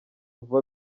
vuba